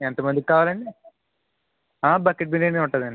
ఎంతమందికి కావాలండి బకెట్ బిర్యానీ ఉంటుందండి